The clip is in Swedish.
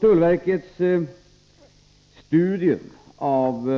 Tullverkets studier av